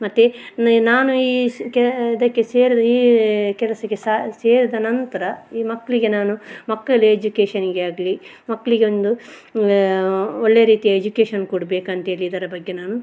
ಮತ್ತು ನಾನು ಈ ಸ್ ಕ ಇದಕ್ಕೆ ಸೇರಿದ ಈ ಕೆಲಸಕ್ಕೆ ಸೇರಿದ ನಂತರ ಈ ಮಕ್ಕಳಿಗೆ ನಾನು ಮಕ್ಕಳ ಎಜುಕೇಶನ್ನಿಗೆ ಆಗಲೀ ಮಕ್ಕಳಿಗೊಂದು ಒಳ್ಳೆಯ ರೀತಿಯ ಎಜುಕೇಷನ್ ಕೊಡ್ಬೇಕಂತ್ಹೇಳಿ ಇದರ ಬಗ್ಗೆ ನಾನು